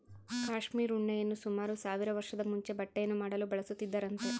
cashmere ಉಣ್ಣೆಯನ್ನು ಸುಮಾರು ಸಾವಿರ ವರ್ಷದ ಮುಂಚೆ ಬಟ್ಟೆಯನ್ನು ಮಾಡಲು ಬಳಸುತ್ತಿದ್ದರಂತೆ